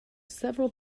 several